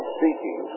seeking